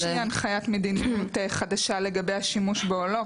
אז אין איזושהי הנחיית מדיניות חדשה לגבי השימוש בו או לא.